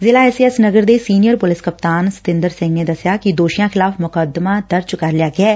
ਜ਼ਿਲਾ S A S Nagar ਦੇ senior police ਕਪਤਾਨ ਸਤਿੰਦਰ ਸਿੰਘ ਨੇ ਦਸਿਆ ਕਿ ਦੋਸੀਆਂ ਖਿਲਾਫ਼ ਮੁਕੱਦਮਾ ਦਰਜ ਕਰ ਲਿਆ ਗਿਐ